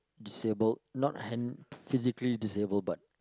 disabled not hand physically disabled but